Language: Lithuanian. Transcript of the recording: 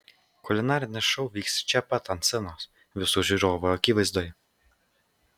kulinarinis šou vyks čia pat ant scenos visų žiūrovų akivaizdoje